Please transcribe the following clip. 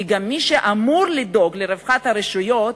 גם מי שאמור לדאוג לרווחת הרשויות,